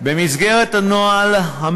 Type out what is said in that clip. נראה לי לא